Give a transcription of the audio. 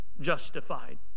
justified